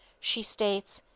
she states,